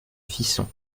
fisson